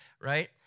right